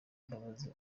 imbabazi